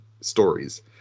stories